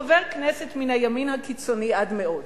חבר כנסת מן הימין הקיצוני עד מאוד.